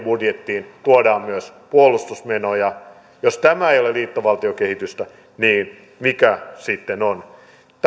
budjettiin tuodaan myös puolustusmenoja jos tämä ei ole liittovaltiokehitystä niin mikä sitten on